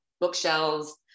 bookshelves